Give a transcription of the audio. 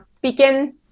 begin